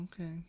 Okay